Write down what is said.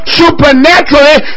supernaturally